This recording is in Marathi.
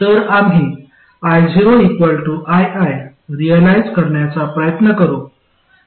तर आम्ही io ii रिअलाईझ करण्याचा प्रयत्न करू